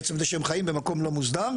מעצם זה שהם חיים במקום לא מוסדר,